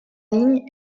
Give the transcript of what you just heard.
ligne